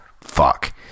Fuck